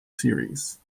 series